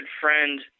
friend